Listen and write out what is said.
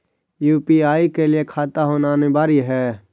UPI के लिए खाता होना अनिवार्य है?